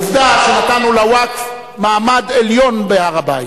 עובדה שנתנו לווקף מעמד עליון בהר-הבית,